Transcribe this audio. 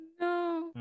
No